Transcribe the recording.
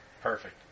perfect